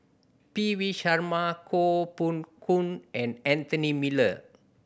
P V Sharma Koh Poh Koon and Anthony Miller